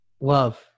Love